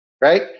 right